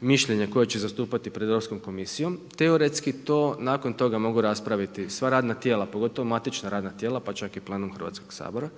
mišljenje koje će zastupati pred Europskom komisijom. Teoretski to nakon toga mogu raspraviti sva radna tijela pogotovo matična radna tijela, pa čak i plenum Hrvatskog sabora.